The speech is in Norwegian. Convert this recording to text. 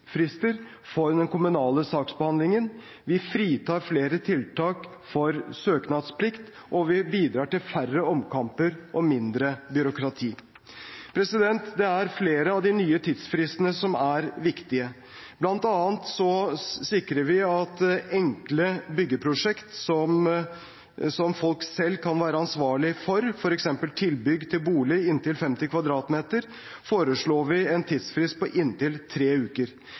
for den kommunale saksbehandlingen. Vi fritar flere tiltak for søknadsplikt, og vi bidrar til færre omkamper og mindre byråkrati. Det er flere av de nye tidsfristene som er viktige. Blant annet foreslår vi at enkle byggeprosjekter som folk selv kan være ansvarlig for, f.eks. tilbygg til bolig inntil 50 m2, får en tidsfrist på inntil tre uker.